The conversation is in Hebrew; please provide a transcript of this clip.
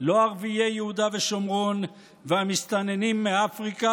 לא ערביי יהודה ושומרון והמסתננים מאפריקה,